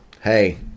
Hey